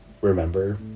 remember